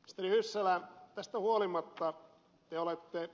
ministeri hyssälä tästä huolimatta te olette